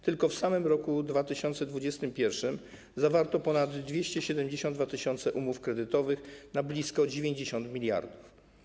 Tylko w samym roku 2021 zawarto ponad 272 tys. umów kredytowych na blisko 90 mld.